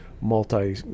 multi